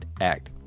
Act